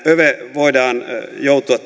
voidaan joutua